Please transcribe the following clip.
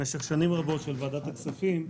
משך שנים רבות של ועדת הכספים.